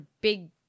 big